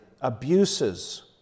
abuses